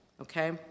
Okay